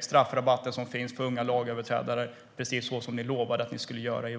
straffrabatten för unga lagöverträdare, som ni lovade inför valet att ni skulle göra?